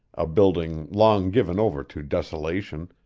a building long given over to desolation,